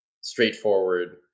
straightforward